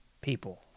people